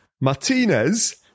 Martinez